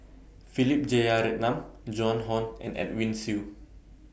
Philip Jeyaretnam Joan Hon and Edwin Siew